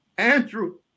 Andrew